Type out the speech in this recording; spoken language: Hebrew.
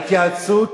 ההתייעצות